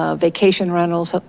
ah vacation rentals,